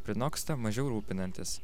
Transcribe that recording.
prinoksta mažiau rūpinantis